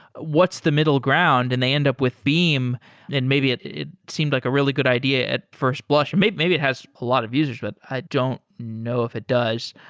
what's the middle ground? and they end up with beam and maybe it seemed like a really good idea at first blush. and maybe maybe it has a lot of users, but i don't know if it does.